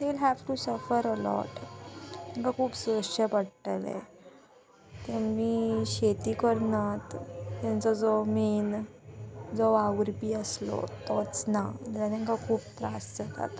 de have to suffer a lot तांकां खूब सोंसचें पडटलें तेमी शेती करनात तेंचो जो मेन जो वावुरपी आसलो तोच ना जाल्यार तांकां खूब त्रास जातात